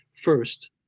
first